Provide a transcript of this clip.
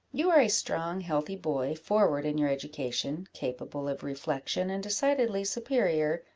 you are a strong healthy boy, forward in your education, capable of reflection, and decidedly superior,